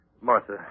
Martha